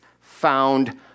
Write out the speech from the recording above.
found